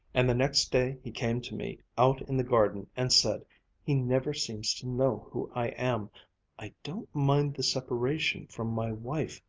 and the next day he came to me, out in the garden, and said he never seems to know who i am i don't mind the separation from my wife,